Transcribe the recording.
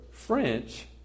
French